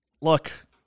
look